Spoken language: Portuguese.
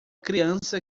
criança